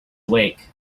awake